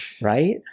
right